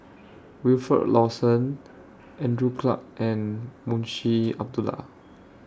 Wilfed Lawson Andrew Clarke and Munshi Abdullah